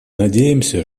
надеемся